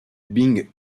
bing